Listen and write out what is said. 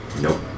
Nope